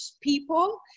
people